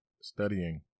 studying